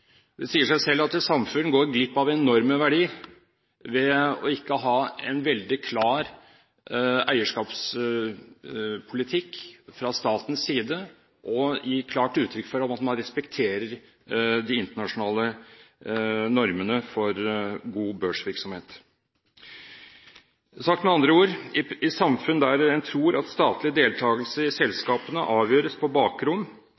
Det sier seg selv at et samfunn går glipp av enorme verdier ved ikke å ha en veldig klar eierskapspolitikk fra statens side, og gi klart uttrykk for at man respekterer de internasjonale normene for god børsvirksomhet. Sagt med andre ord: I samfunn der en tror at statlig deltagelse i